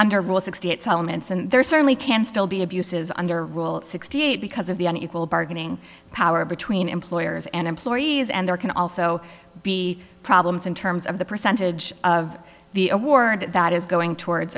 under rule sixty eight settlements and there are certainly can still be abuses under rule sixty eight because of the unequal bargaining power between employers and employees and there can also be problems in terms of the percentage of the award that is going towards